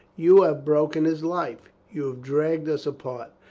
you have broken his life. you have dragged us apart.